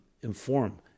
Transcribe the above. inform